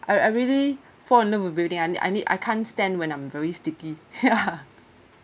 I everyday fall in love with bathing I I need I can't stand when I'm very sticky ya